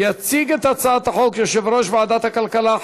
יציג את הצעת החוק יושב-ראש ועדת הכלכלה,